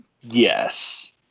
Yes